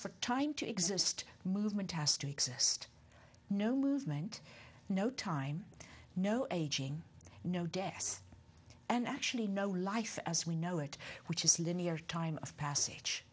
from time to exist movement has to exist no movement no time no aging no deaths and actually no life as we know it which is linear time of passage